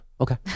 Okay